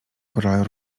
korale